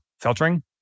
filtering